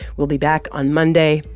we'll be back on monday.